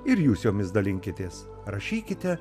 ir jūs jomis dalinkitės rašykite